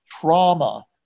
trauma